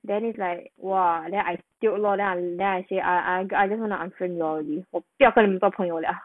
then is like !wah! then I tiok lor I say then I say I I just wanna answer no already 我不要和你做朋友了